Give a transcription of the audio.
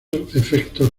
efectos